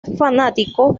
fanático